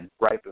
right